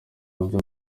byo